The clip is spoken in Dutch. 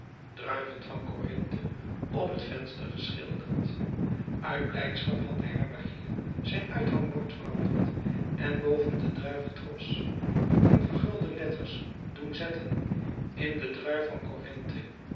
druiven van corinthe op t venster geschilderd uit blijdschap had de herbergier zijn uithangbord veranderd en boven den druiventros in vergulde letters doen zetten in de druif van